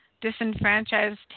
Disenfranchised